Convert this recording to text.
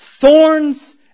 Thorns